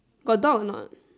got dog or not